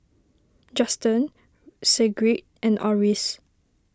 Justen Sigrid and Oris